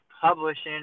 publishing